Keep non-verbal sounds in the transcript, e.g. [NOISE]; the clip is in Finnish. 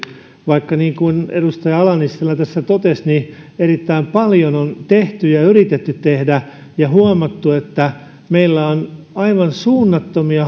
vaikka niin kuin edustaja ala nissilä totesi erittäin paljon on tehty ja yritetty tehdä ja huomattu että meillä on aivan suunnattomia [UNINTELLIGIBLE]